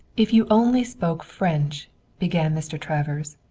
if you only spoke french began mr. travers.